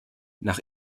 nach